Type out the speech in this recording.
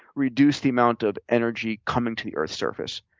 reduce the amount of energy coming to the earth's surface,